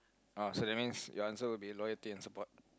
oh so that means your answer will be loyalty and support